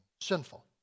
sinful